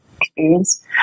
experience